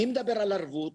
אני מדבר על ערבות